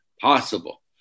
possible